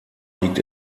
liegt